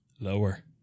Lower